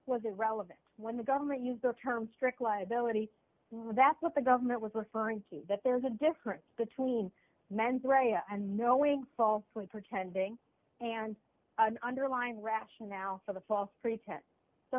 was irrelevant when the government used the term strict liability that's what the government was referring to that there's a difference between men and knowing sol when pretending an underlying rationale for the false pretense the